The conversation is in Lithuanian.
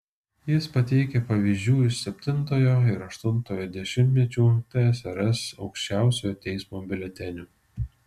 jis pateikia pavyzdžių iš septintojo ir aštuntojo dešimtmečių tsrs aukščiausiojo teismo biuletenių